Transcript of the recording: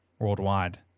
Worldwide